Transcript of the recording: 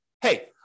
hey